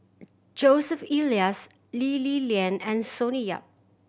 Joseph Elias Lee Li Lian and Sonny Yap